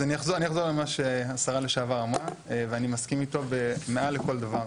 אז אני אחזור על מה שהשרה לשעבר אמרה ואני מסכים איתו מעל לכל דבר,